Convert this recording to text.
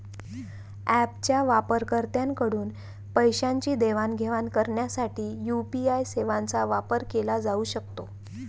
ऍपच्या वापरकर्त्यांकडून पैशांची देवाणघेवाण करण्यासाठी यू.पी.आय सेवांचा वापर केला जाऊ शकतो